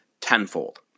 tenfold